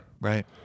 Right